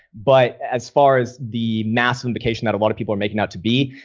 but as far as the massive indication that a lot of people are making out to be,